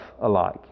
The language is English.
alike